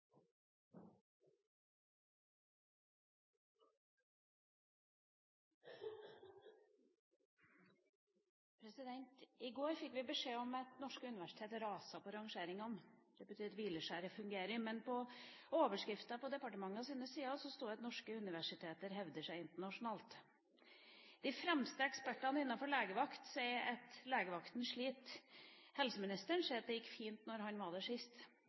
I går fikk vi beskjed om at norske universiteter raser på rangeringene – det betyr at hvileskjæret fungerer. Men i overskrifta på departementets sider står det at norske universiteter hevder seg internasjonalt. De fremste ekspertene innen legevakt sier at legevakta sliter, helseministeren sier at det gikk fint, da han var der sist.